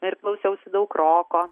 na ir klausiausi daug roko